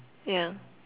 yeah